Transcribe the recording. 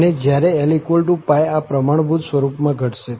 અને જ્યારે L આ પ્રમાણભૂત સ્વરૂપમાં ઘટશે